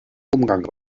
umgang